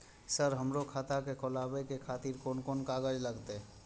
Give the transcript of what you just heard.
Sir हमरो के खाता खोलावे के खातिर कोन कोन कागज लागते?